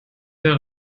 der